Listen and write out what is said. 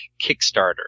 Kickstarter